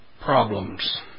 Problems